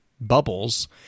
bubbles